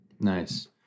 nice